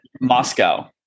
Moscow